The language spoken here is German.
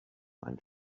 ein